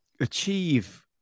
achieve